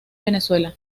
venezuela